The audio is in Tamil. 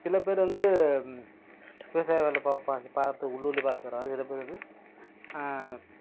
சில பேர் வந்து விவசாய வேலை பார்ப்பாங்க பார்த்து உள்ளூர்லேயே பாத்துக்கிறாங்க சில பேர் வந்து